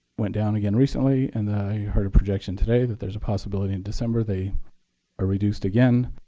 went down again recently and i heard a projection today that there is a possibility in december they are reduced again.